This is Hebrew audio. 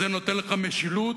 זה נותן לך משילות?